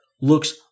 looks